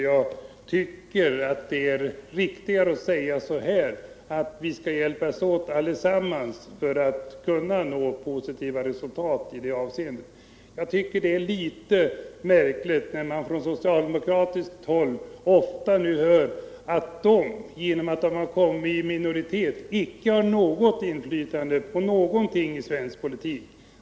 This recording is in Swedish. Jag tycker det är riktigare att säga att vi alla skall hjälpas åt för att kunna nå positiva resultat i det avseendet. Jag tycker att det är litet märkligt att man från socialdemokraterna ofta hör att de genom att de kommit i minoritet inte har något inflytande på någonting inom svensk politik.